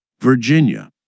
Virginia